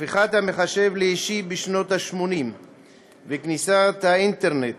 הפיכת המחשב לאישי בשנות ה-80 וכניסת האינטרנט